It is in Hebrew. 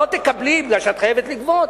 לא תקבלי כי את חייבת לגבות.